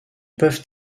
peuvent